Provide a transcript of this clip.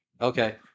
Okay